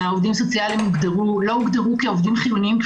עובדים סוציאליים לא הוגדרו כעובדים חיוניים,